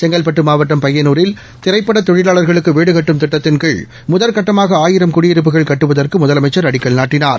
செங்கல்பட்டு மாவட்டம் எபயனூரில் திரைப்படத் தொழிலாளா்களுக்கு வீடு கட்டும் திட்டத்தின் கீழ் முதற்கட்டமாக ஆயிரம் குடியிருப்புகள் கட்டுவதற்கு முதலமைசள் அடிக்கல் நாட்டினார்